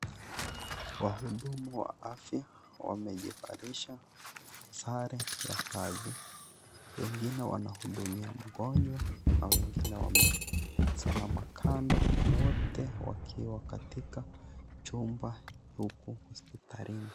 Wahudumu wa afya wamejivalisha sare ya kazi, wengine wanahudumia mgonjwa na wengine wamesimama kando wote wakiwa katika chumba huku hospitalini.